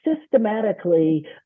systematically